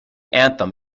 anthem